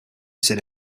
sit